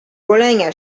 golenia